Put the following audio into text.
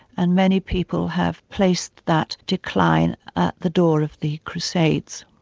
and many people have placed that decline at the door of the crusades.